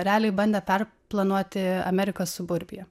realiai bandė perplanuoti amerikos suburbiją